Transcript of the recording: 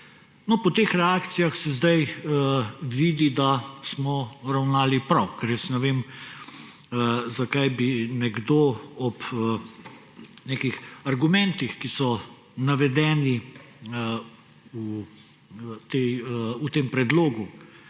po teh reakcijah se zdaj vidi, da smo ravnali prav, ker jaz ne vem, zakaj bi nekdo ob nekih argumentih, ki so navedeni v tem predlogu